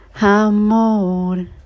amor